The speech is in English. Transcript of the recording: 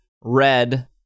Red